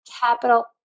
capital